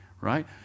right